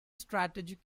strategic